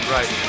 Right